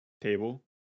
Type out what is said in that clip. table